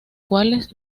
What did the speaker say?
cuales